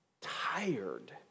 tired